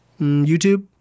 YouTube